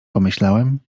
pomyślałem